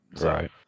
Right